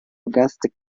gęsty